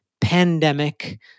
pandemic